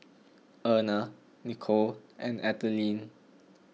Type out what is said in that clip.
Erna Nicolle and Ethelene